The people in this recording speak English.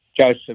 Joseph